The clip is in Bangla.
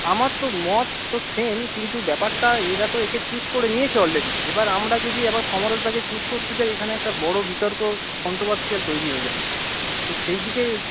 আমার তো মত তো সেম কিন্তু ব্যাপারটা এরা তো একে চুস করে নিয়েছে অলরেডি এবার আমরা যদি আবার সমরেশদাকে চুস করতে চাই এইখানে একটা বড়ো বিতর্ক কন্ট্রোভারসিয়াল তৈরি হয়ে যাবে তো সেই দিকে